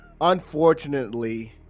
Unfortunately